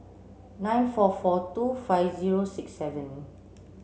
nine four four two five zero six seven